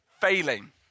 failing